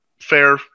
Fair